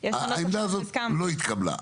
אני לא אסביר לך עכשיו, כי זה לא הזמן.